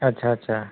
अच्छा अच्छा